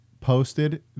posted